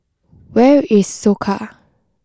where is Soka